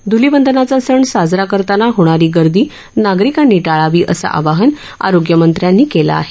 धुलिवंदनाचा सण साजरा करताना होणारी गर्दी नागरिकांनी टाळावी असं आवाहन आरोग्यमंत्र्यांनी केलं आहे